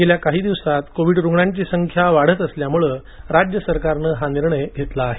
गेल्या काही दिवसात कोविड रुग्णांची संख्या वाढत असल्यामुळे राज्य सरकारनं हा निर्णय घेतला आहे